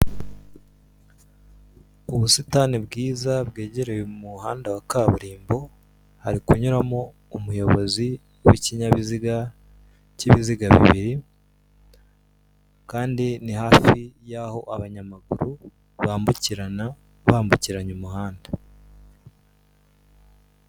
Ubusitani bwiza bwegereye umuhanda wa kaburimbo, hari kunyuramo umuyobozi w'ikinyabiziga cy'ibiziga bibiri kandi ni hafi y'aho abanyamaguru bambukirana bambukiranya umuhanda.